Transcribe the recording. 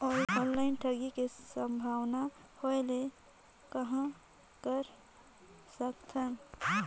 Online ठगी के संभावना होय ले कहां कर सकथन?